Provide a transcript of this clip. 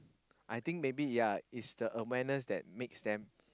I think maybe yeah it's the awareness that makes them